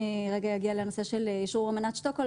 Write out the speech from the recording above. אני רגע אגיע לנושא של אשרור אמנת שטוקהולם,